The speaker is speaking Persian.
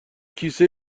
کیسه